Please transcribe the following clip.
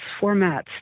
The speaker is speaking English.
formats